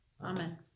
Amen